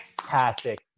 fantastic